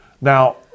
Now